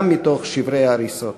גם מתוך שברי ההריסות.